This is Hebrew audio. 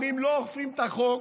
אומרים שלא אוכפים את החוק,